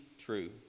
true